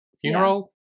Funeral